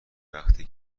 وقتی